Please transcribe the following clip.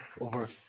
over